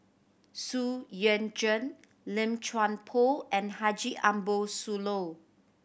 Xu Yuan Zhen Lim Chuan Poh and Haji Ambo Sooloh